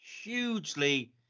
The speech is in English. hugely